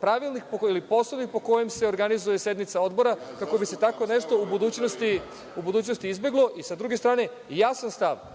Pravilnik ili Poslovnik po kome se organizuje sednica Odbora, kako bi se tako nešto u budućnosti izbeglo i sa druge strane jasan stav